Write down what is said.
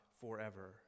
forever